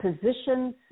positions